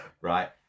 right